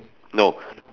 no